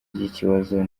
ry’ikibazo